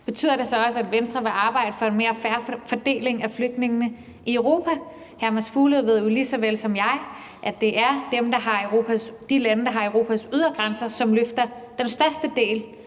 kommer til magten – vil arbejde for en mere fair fordeling af flygtningene i Europa? Hr. Mads Fuglede ved jo lige så vel som mig, at det er de lande, der har Europas ydre grænser, der løfter den største del